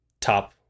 top